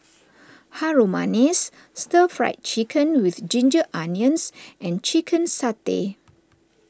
Harum Manis Stir Fried Chicken with Ginger Onions and Chicken Satay